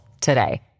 today